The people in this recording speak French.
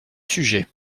sujets